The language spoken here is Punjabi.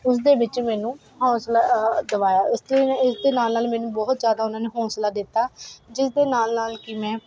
ਉਸਦੇ ਵਿੱਚ ਮੈਨੂੰ ਹੌਂਸਲਾ ਦਵਾਇਆ ਇਸ ਤੇ ਬਿਨ੍ਹਾਂ ਇਸਦੇ ਨਾਲ ਨਾਲ ਮੈਨੂੰ ਬਹੁਤ ਜ਼ਿਆਦਾ ਉਹਨਾਂ ਨੇ ਹੌਂਸਲਾ ਦਿੱਤਾ ਜਿਸ ਦੇ ਨਾਲ ਨਾਲ ਕਿ ਮੈਂ